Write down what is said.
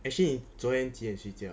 actually 昨天你几点睡觉